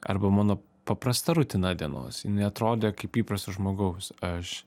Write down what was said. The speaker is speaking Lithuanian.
arba mano paprasta rutina dienos jinai atrodė kaip įprasto žmogaus aš